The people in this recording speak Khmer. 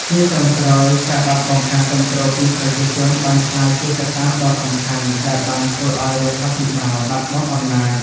ជាចុងក្រោយ ការបាត់បង់ការគាំទ្រពីប្រជាជនបានក្លាយជាកត្តាដ៏សំខាន់ដែលបានធ្វើឲ្យរដ្ឋាភិបាលបាត់បង់អំណាច។